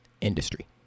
industry